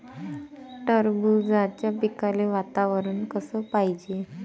टरबूजाच्या पिकाले वातावरन कस पायजे?